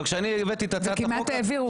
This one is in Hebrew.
וכמעט העבירו אותו.